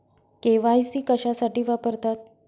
KYC कशासाठी वापरतात?